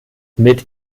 mit